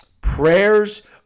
Prayers